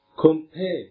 Compare